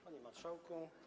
Panie Marszałku!